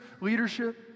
leadership